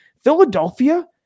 Philadelphia